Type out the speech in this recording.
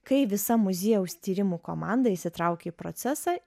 kai visa muziejaus tyrimų komanda įsitraukė į procesą